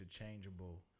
interchangeable